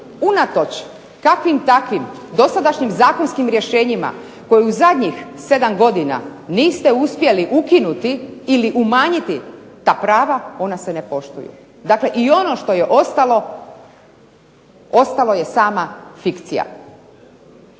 unatoč kakvim takvim dosadašnjim zakonskim rješenjima koji u zadnjih 7 godina niste uspjeli ukinuti ili umanjiti ta prava, ona se ne poštuju. Dakle, ono što je ostalo, ostala je sama fikcija.